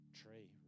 tree